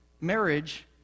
marriage